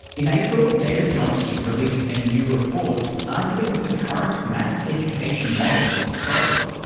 in april, david gonski released a new report, arguing the current mass education model was the problem.